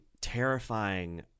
terrifying